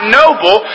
noble